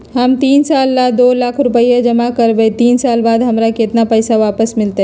हम तीन साल ला दो लाख रूपैया जमा करम त तीन साल बाद हमरा केतना पैसा वापस मिलत?